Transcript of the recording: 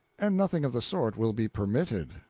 and nothing of the sort will be permitted.